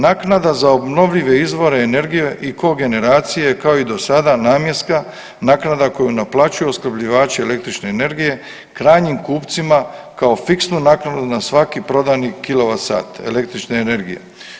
Naknada za obnovljive izvore energije i kogeneracije je kao i do sada namjenska, naknada koju naplaćuju opskrbljivači električne energije krajnjim kupcima kao fiksnu naknadu na svaki prodani kilovatsat električne energije.